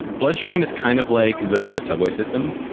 bloodstream is kind of like the subway system.